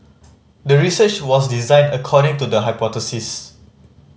the research was designed according to the hypothesis